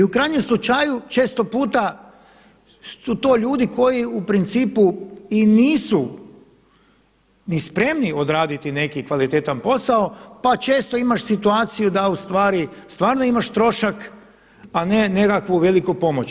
I u krajnjem slučaju često puta su to ljudi koji u principu i nisu ni spremni odraditi neki kvalitetan posao, pa često imaš situaciju da u stvari stvarno imaš trošak, a ne nekakvu veliku pomoć.